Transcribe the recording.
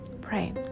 pray